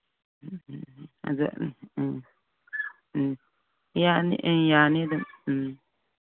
ꯎꯝ ꯎꯝ ꯎꯝꯑꯗꯨ ꯎꯝ ꯎꯝ ꯌꯥꯅꯤ ꯌꯥꯅꯤ ꯑꯗꯨꯝ ꯎꯝ